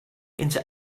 into